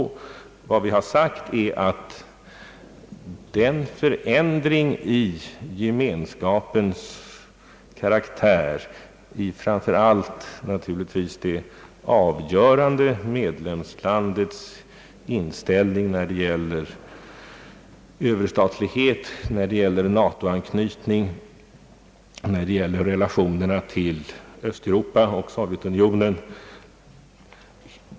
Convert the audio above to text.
Vad vi har sagt är att gemenskapens karaktär förändrats, framför allt naturligtvis genom det avgörande medlemslandets inställning när det gäller överstatlighet, när det gäller NATO-anknytning, när det gäller relationerna till Östeuropa och Sovjetunionen.